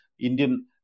Indian